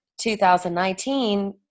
2019